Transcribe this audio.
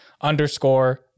underscore